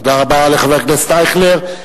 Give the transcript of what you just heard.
תודה רבה לחבר הכנסת אייכלר.